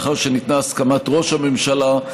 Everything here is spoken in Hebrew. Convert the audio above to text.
לאחר שניתנה הסכמת ראש הממשלה,